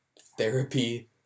therapy